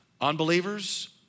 Unbelievers